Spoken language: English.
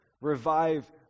Revive